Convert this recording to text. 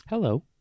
Hello